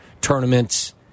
tournaments